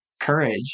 courage